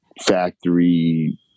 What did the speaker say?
factory